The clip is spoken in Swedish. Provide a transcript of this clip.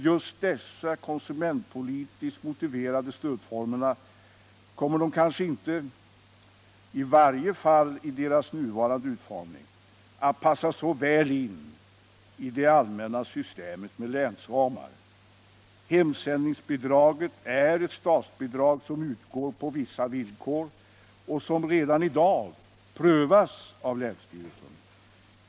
Just dessa konsumentpolitiskt motiverade stödformer kommer i varje fall i sin nuvarande utformning kanske inte att passa så väl in i det allmänna systemet med länsramar. Hemsändningsbidraget är ett statsbidrag som utgår på vissa villkor och som redan i dag prövas av länsstyrelsen.